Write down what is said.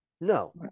No